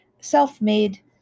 self-made